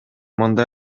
мындай